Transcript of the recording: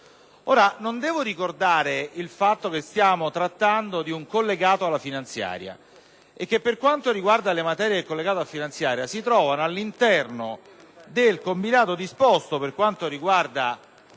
Non devo ricordare il fatto che stiamo trattando di un collegato alla legge finanziaria e che, per quanto riguarda le materie in esso trattate, queste si trovano all’interno del combinato disposto, per quanto riguarda